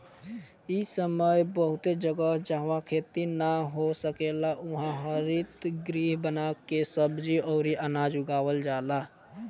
इ समय बहुते जगह, जाहवा खेती ना हो सकेला उहा हरितगृह बना के सब्जी अउरी अनाज उगावल जाला